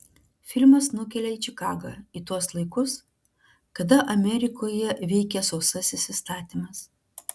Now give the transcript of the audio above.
filmas nukelia į čikagą į tuos laikus kada amerikoje veikė sausasis įstatymas